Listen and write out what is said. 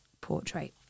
Portrait